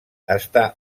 està